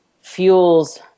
fuels